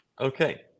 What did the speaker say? Okay